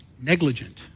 negligent